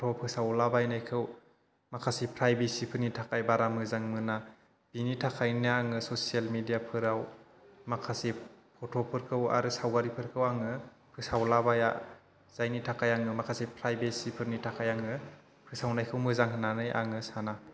फट' फोसावलाबायनायखौ माखासे फ्राइबेसिफोरनि थाखाय बारा मोजां मोना बिनि थाखायनो आङो ससियेल मेदियाफोराव माखासे फट'फोरखौ आरो सावगारिफोरखौ आङो फोसावलाबाया जायनि थाखाय आङो माखासे फ्राइबेसिफोरनि थाखाय आङो फोसावनायखौ मोजां होननानै आङो साना